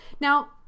Now